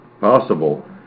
possible